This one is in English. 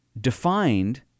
defined